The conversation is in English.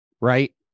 right